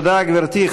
תודה, גברתי.